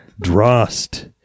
Drost